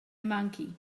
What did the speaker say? monkey